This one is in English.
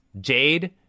Jade